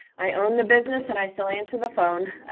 i own the business and i still answer the phone,